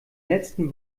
letzten